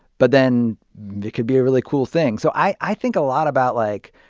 but then it could be a really cool thing. so i i think a lot about, like,